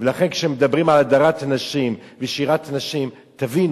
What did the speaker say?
לכן, כשמדברים על הדרת נשים ושירת נשים, תבינו,